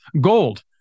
gold